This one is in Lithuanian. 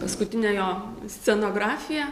paskutinę jo scenografiją